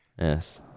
Yes